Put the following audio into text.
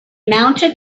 mounted